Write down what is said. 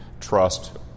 trust